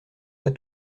pas